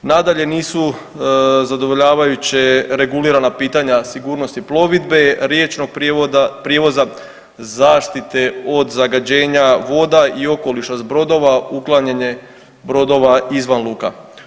Nadalje, nisu zadovoljavajuće regulirana pitanja sigurnosti plovidbe, riječnog prijevoza, zaštite od zagađenja voda i okoliša s brodova, uklanjanje brodova izvan luka.